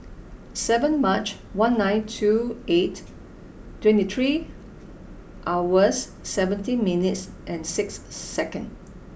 seven March one nine two eight twenty three hours seventeen minutes and six second